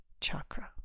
chakra